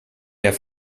der